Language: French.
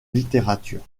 littérature